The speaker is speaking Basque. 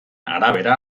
arabera